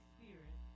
Spirit